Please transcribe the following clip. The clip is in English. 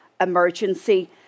emergency